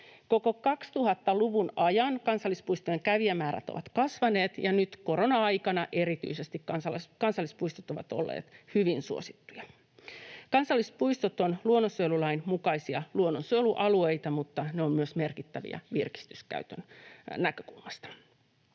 Koko 2000-luvun ajan kansallispuistojen kävijämäärät ovat kasvaneet, ja erityisesti nyt korona-aikana kansallispuistot ovat olleet hyvin suosittuja. Kansallispuistot ovat luonnonsuojelulain mukaisia luonnonsuojelualueita, mutta ne ovat myös merkittäviä virkistyskäytön näkökulmasta.